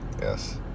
yes